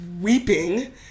weeping